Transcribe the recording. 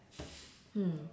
hmm